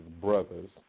brothers